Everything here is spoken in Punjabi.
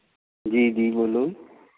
ਜੀ ਜੀ ਬੋਲੋ